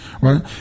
right